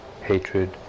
hatred